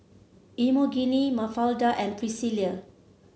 Emogene Mafalda and Priscilla